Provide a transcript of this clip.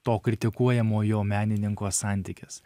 to kritikuojamojo menininko santykis